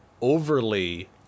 overly